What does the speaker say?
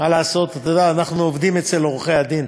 מה לעשות, אנחנו עובדים אצל עורכי-הדין.